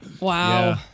Wow